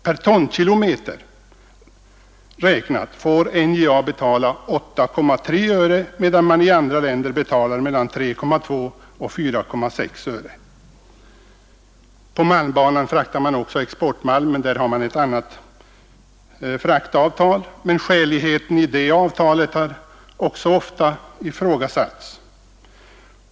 Per tonkilometer räknat får NJA betala 8,3 öre, medan man i andra länder betalar mellan 3,2 och 4,6 öre. På malmbanan fraktas också exportmalm för LKAB:s räkning. I detta fall gäller dock ett annat fraktavtal. Skäligheten i detta avtal har också ofta ifrågasatts.